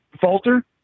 falter